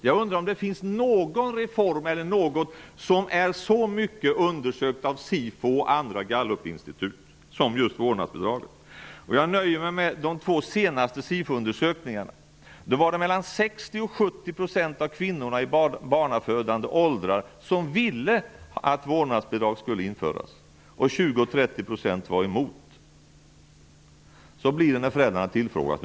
Jag undrar om det finns någon reform som undersökts så mycket av SIFO och andra gallupinstitut som just vårdnadsbidraget. Jag nöjer mig med att tala om de två senaste SIFO-undersökningarna. Mellan 60 och var emot. Så blir det när föräldrarna tillfrågas.